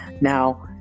now